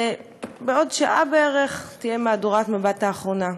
שבעוד שעה בערך תהיה מהדורת מבט האחרונה.